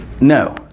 No